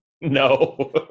No